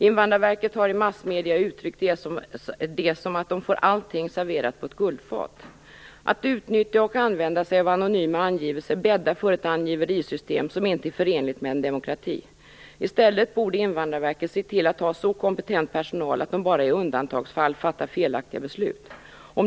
Invandrarverket har i massmedier uttryckt det som att man får allting serverat på guldfat. Att utnyttja och använda sig av anonyma angivelser bäddar för ett angiverisystem som inte är förenligt med en demokrati. I stället borde Invandrarverket se till att ha så kompetent personal att man bara i undantagsfall fattar felaktiga beslut.